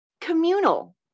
communal